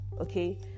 Okay